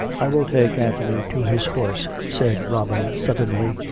i will take anthony to his horse, said robin suddenly,